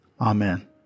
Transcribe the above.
amen